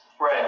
Right